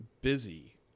busy